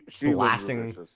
blasting